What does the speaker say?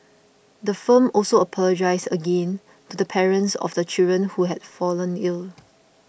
the firm also apologised again to the parents of the children who have fallen ill